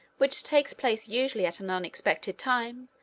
which takes place usually at an unexpected time,